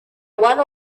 one